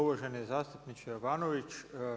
Uvaženi zastupniče Jovanović.